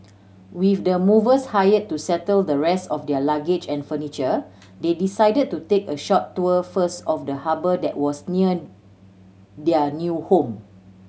with the movers hired to settle the rest of their luggage and furniture they decided to take a short tour first of the harbour that was near their new home